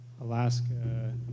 Alaska